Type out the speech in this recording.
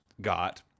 got